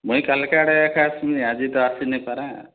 ମୁଇଁ କାଲ୍କା ଆଡ଼େ ଏକା ଆସ୍ମି ଆଜି ତ ଆସି ନାଇଁପାରେ